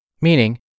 Meaning